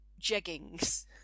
jeggings